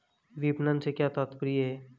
विपणन से क्या तात्पर्य है?